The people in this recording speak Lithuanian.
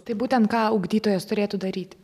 tai būtent ką ugdytojas turėtų daryti